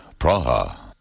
Praha